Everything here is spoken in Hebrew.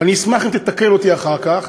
ואני אשמח אם תתקן אותי אחר כך,